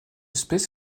espèce